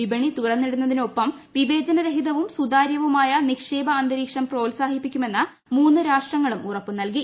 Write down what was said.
വിപണി തുറന്നിടുന്നതിനൊപ്പം വിവേചന്ത്ത്തിതവും സുതാര്യവുമായ നിക്ഷേപ അന്തരീക്ഷം പ്രോത്സാഹ്കിപ്പിക്കുമെന്ന് മൂന്നു രാഷ്ട്രങ്ങളും ഉറപ്പ് നൽകി